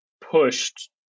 pushed